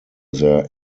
their